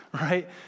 right